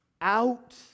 out